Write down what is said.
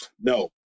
No